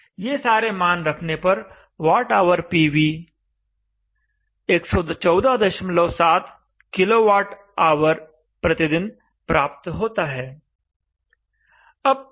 ये सारे मान रखने पर वॉटआवर पीवी 1147 kWhday प्राप्त होता है